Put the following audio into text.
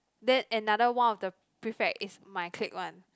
then another one of the prefect is my clique [one]